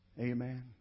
Amen